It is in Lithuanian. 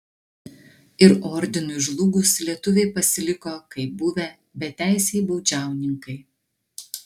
ir ordinui žlugus lietuviai pasiliko kaip buvę beteisiai baudžiauninkai